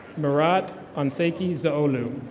mirat anseki zaulo.